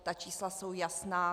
Ta čísla jsou jasná.